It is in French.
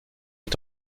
est